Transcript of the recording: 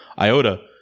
IOTA